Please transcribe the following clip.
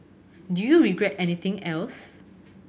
do you regret anything else